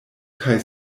kaj